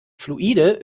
fluide